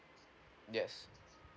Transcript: yes